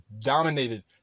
dominated